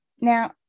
Now